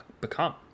become